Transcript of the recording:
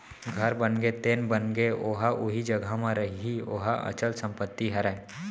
घर बनगे तेन बनगे ओहा उही जघा म रइही ओहा अंचल संपत्ति हरय